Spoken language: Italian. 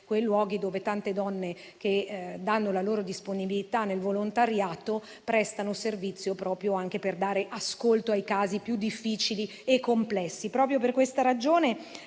quei luoghi dove tante donne che danno la loro disponibilità nel volontariato prestano servizio anche per dare ascolto ai casi più difficili e complessi. Proprio per questa ragione,